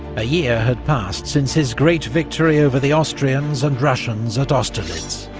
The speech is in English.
a year had passed since his great victory over the austrians and russians at austerlitz,